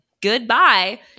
goodbye